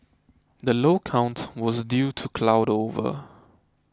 the low count was due to cloud over